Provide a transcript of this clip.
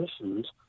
issues